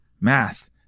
math